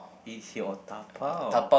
eat here or dabao